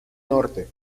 norte